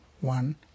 one